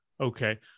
okay